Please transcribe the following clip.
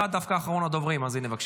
אתה דווקא אחרון הדוברים, אז הינה, בבקשה.